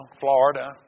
Florida